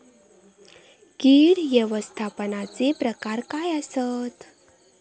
कीड व्यवस्थापनाचे प्रकार काय आसत?